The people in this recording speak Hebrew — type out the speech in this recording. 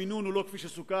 המינון הוא לא כפי שסוכם,